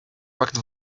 rocked